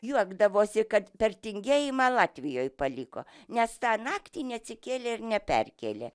juokdavosi kad per tingėjimą latvijoj paliko nes tą naktį neatsikėlė ir neperkėlė